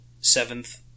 seventh